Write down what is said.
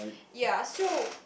ya so